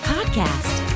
Podcast